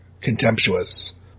contemptuous